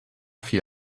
viel